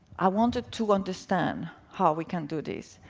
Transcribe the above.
i wanted to understand how we can do this.